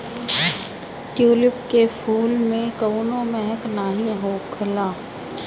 tulip के फूल में कवनो महक नाइ होखेला